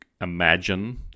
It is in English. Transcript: imagine